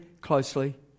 closely